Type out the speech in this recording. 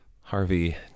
Harvey